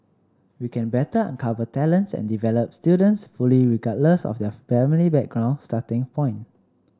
we can better uncover talents and develop students fully regardless of their family background starting point